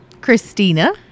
Christina